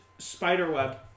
Spiderweb